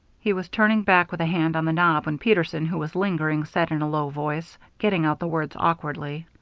he was turning back, with a hand on the knob, when peterson, who was lingering, said in a low voice, getting out the words awkwardly